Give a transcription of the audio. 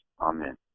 Amen